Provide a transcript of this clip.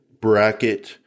bracket